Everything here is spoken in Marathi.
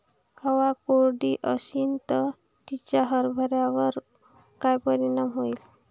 हवा कोरडी अशीन त तिचा हरभऱ्यावर काय परिणाम होईन?